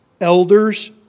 Elders